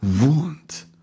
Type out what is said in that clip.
want